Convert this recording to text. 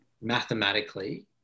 mathematically